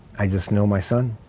i just know my son.